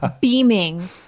beaming